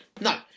No